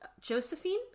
Josephine